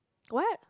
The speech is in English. what